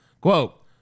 Quote